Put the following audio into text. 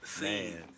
Man